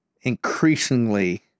increasingly